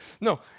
No